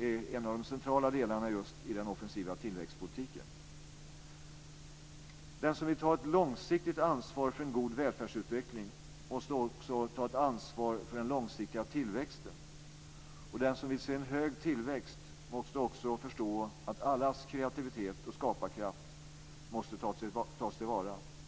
är en av de centrala delarna i den offensiva tillväxtpolitiken. Den som vill ta ett långsiktigt ansvar för en god välfärdsutveckling måste också ta ett ansvar för den långsiktiga tillväxten. Den som vill se en hög tillväxt måste också förstå att allas kreativitet och skaparkraft måste tas till vara.